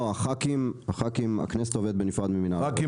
לא, הכנסת עובדת בנפרד ממינהל הרכב.